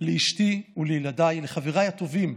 לאשתי ולילדיי, לחבריי הטובים,